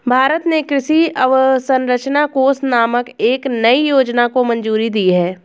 भारत ने कृषि अवसंरचना कोष नामक एक नयी योजना को मंजूरी दी है